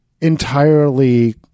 entirely